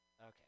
Okay